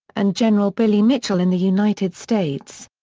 and general billy mitchell in the united states.